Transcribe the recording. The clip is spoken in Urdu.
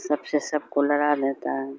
سب سے سب کو لڑا لیتا ہے